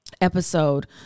episode